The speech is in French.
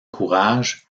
courage